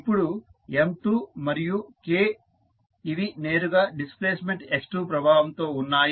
ఇప్పుడు M2 మరియు K ఇవి నేరుగా డిస్ప్లేస్మెంట్ x2 ప్రభావంతో ఉన్నాయి